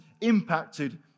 impacted